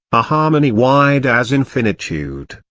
a harmony wide as infinitude,